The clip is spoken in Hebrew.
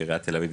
עיריות תל אביב,